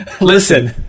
listen